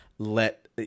let